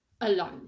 alone